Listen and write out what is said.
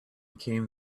came